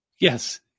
Yes